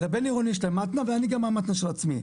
לבין עירוני יש מתנ"א ואני גם המתנ"א של עצמי,